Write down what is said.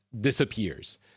disappears